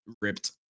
ripped